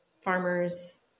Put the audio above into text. farmers